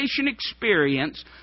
experience